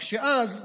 רק שאז,